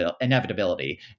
inevitability